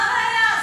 מה הבעיה?